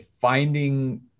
finding